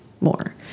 more